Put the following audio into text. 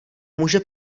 může